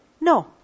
No